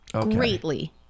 Greatly